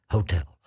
Hotel